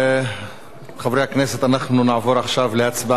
חברי הכנסת, אנחנו נעבור עכשיו להצבעה.